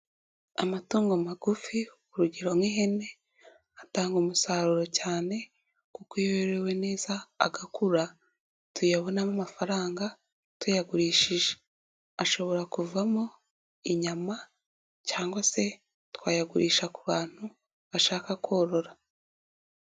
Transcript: Amatungo magufi, urugero nk'ihene, atanga umusaruro cyane kuko iyo yorewe neza, agakura tuyabonamo amafaranga, tuyagurishije, ashobora kuvamo inyama cyangwa se twayagurisha ku bantu, bashaka korora.